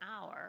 hour